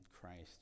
Christ